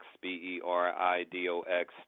B-E-R-I-D-O-X